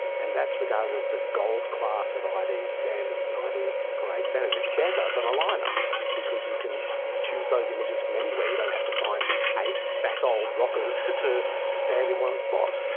and that's regarded as the gold class of id standards and id parade standards. it's better than a lineup because you can choose those images from anywhere, you don't have to find eight fat old rockers to stand in one spot.